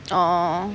!aww!